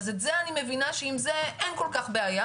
אז עם זה אני מבינה אין כל כך בעיה,